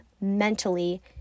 mentally